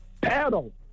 paddle